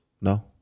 no